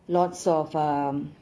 lots of um